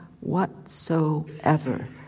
whatsoever